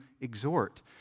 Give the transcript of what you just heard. exhort